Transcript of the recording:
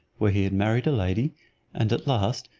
where he had married a lady and at last,